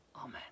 Amen